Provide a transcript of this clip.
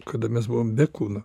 kada mes buvom be kūno